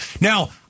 Now